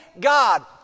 God